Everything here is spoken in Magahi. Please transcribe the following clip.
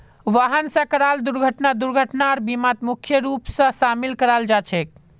वाहन स कराल दुर्घटना दुर्घटनार बीमात मुख्य रूप स शामिल कराल जा छेक